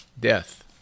death